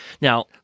Now